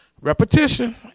Repetition